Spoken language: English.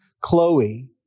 Chloe